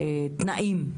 והתנאים,